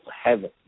heaven